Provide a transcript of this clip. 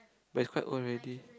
but it's quite old already